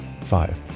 Five